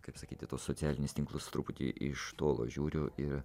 kaip sakyti į tuos socialinius tinklus truputį iš tolo žiūriu ir